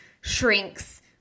shrinks